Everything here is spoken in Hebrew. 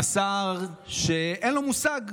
חבר הכנסת אלון שוסטר, אינו נוכח,